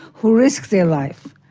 who risked their life,